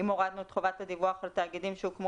אם הורדנו את חובת הדיווח על תאגידים שהוקמו